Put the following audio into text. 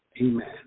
Amen